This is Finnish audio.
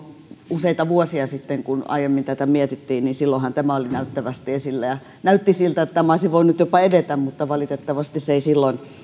useita vuosia sitten kun aiemmin tätä mietittiin tämä oli näyttävästi esillä ja näytti siltä että tämä olisi jopa voinut edetä mutta valitettavasti silloin ei